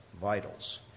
vitals